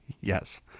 yes